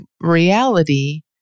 reality